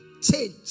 Change